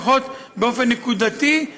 לפחות באופן נקודתי,